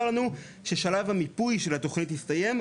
לנו ששלב המיפוי של התוכנית הסתיים,